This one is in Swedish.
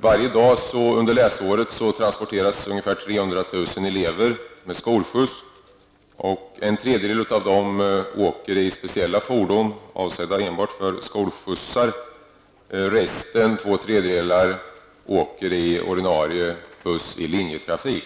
Varje dag under läsåret transporteras ungefär 300 000 elever med skolskjuts. En tredjedel av dem åker i speciella fordon avsedda enbart för skolskjutsning. Resten, två tredjedelar, åker i ordinarie buss i linjetrafik.